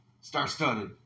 Star-studded